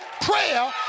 prayer